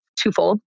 twofold